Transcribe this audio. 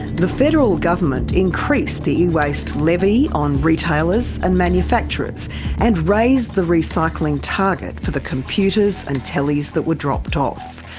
the federal government increased the e-waste levy on retailers and manufacturers and raised the recycling target for the computers and tellies that were dropped off,